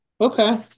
Okay